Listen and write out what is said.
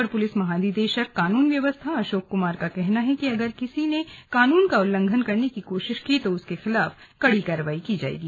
अपर police महानिदेशक कानून व्यवस्था अशोक कुमार का कहना है कि अगर किसी ने कानून का उल्लंघन करने की कोशिश की तो उसके खिलाफ कड़ी कार्रवाई की जाएगी